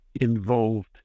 involved